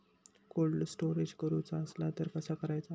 Cold storage करूचा असला तर कसा करायचा?